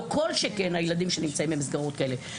לא כל שכן הילדים שנמצאים במסגרות כאלה.